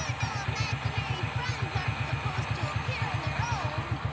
ah know ah imaginary friends aren't supposed to appear on their own.